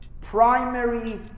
primary